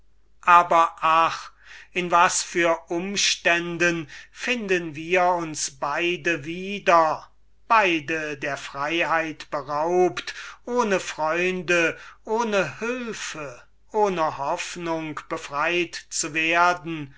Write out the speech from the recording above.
aber ach in was für umständen finden wir uns wieder beide der freiheit beraubt ohne freunde ohne hülfe ohne hoffnung befreit zu werden